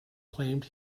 claimed